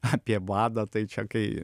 apie vadą tai čia kai